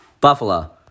Buffalo